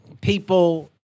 people